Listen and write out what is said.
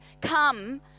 Come